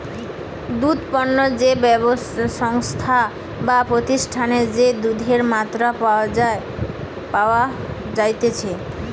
দুধ পণ্য যে সংস্থায় বা প্রতিষ্ঠানে যে দুধের মাত্রা পাওয়া যাইতেছে